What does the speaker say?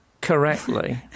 correctly